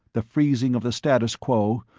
the freezing of the status quo,